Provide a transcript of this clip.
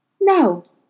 No